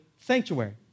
sanctuary